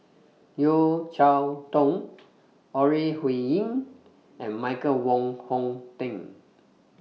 Yeo Cheow Tong Ore Huiying and Michael Wong Hong Teng